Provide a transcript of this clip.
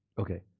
Okay